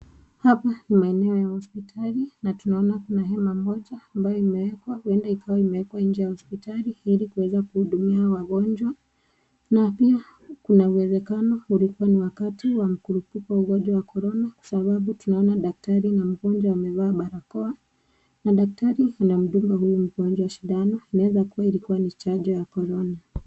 Hapa ni maeneo ya hospitali. Na tunaona kuna hema moja ambayo imeekwa. Huenda ikawa imeekwa nje ya hospitali ili kuweza kuhudumia wagonjwa. Na pia kuna uwezekano ulikuwa ni wakati wa mkurupuko wa ugonjwa wa korona, kwa sababu tunaona daktari na mgonjwa amevaa barakoa. Na daktari anamdunga huyu mgonjwa sindano. Inaeza kuwa ilikuwa ni chanjo ya korona.